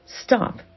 Stop